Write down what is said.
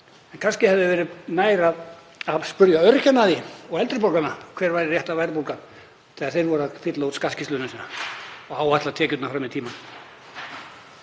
en kannski hefði verið nær að spyrja öryrkjana og eldri borgarana hver væri rétta verðbólgan þegar þeir voru að fylla út skattskýrsluna sína og áætla tekjurnar fram í tímann.